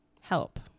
help